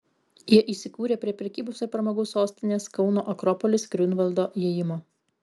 jie įsikūrė prie prekybos ir pramogų sostinės kauno akropolis griunvaldo įėjimo